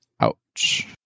Ouch